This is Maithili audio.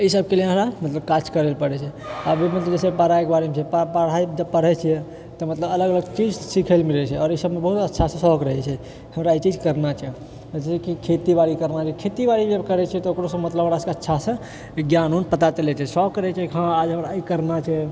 ई सबके लिए हमरा मतलब काज करै लऽ पड़ै छै आब मतलब जैसे पढाइ कऽ बारेमे छै पढाइ जब पढै छियै तऽ मतलब अलग अलग चीज सीखै लऽ मिलै छै आओर एहि सबमे बहुत अच्छासँ शौक रहै छै हमरा ई चीज करना छै जैसे कि खेतीबारी करना छै खेतीबारी जब करै छियै तऽ ओकरोसँ मतलब ओकरा अच्छासँ ज्ञान उन पता चलै छै शौक रहै छै हमरा आज हमरा ई करना छै